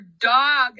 dog